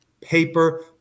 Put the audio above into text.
paper